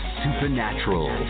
supernatural